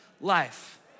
life